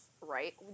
Right